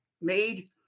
made